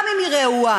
גם אם היא רעועה.